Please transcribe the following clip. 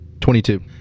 Twenty-two